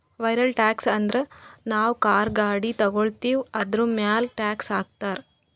vehicle tax ಅಂದುರ್ ನಾವು car, ಗಾಡಿ ತಗೋತ್ತಿವ್ ಅದುರ್ಮ್ಯಾಲ್ ಟ್ಯಾಕ್ಸ್ ಹಾಕ್ತಾರ್